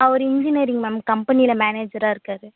அவர் engineering மேம் கம்பெனியில் மேனேஜராக இருக்கார்